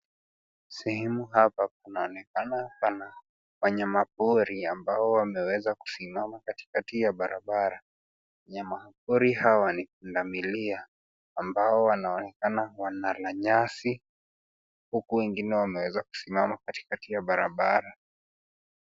Sehemu hapa panaonekana pana wanyama pori, ambao wameweza kusimama katikati ya barabara. Wanyama pori hawa ni pundamilia, ambao wanaonekana wanala nyasi, huku wengine wameweza kusimama katikati ya barabara.